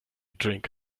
drink